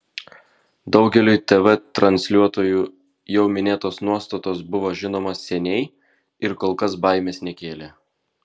daugeliui tv transliuotojų jau minėtos nuostatos buvo žinomos seniai ir kol kas baimės nekėlė